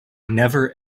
never